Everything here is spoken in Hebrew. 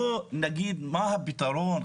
בואו נגיד מה הפתרון.